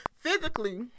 physically